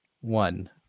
one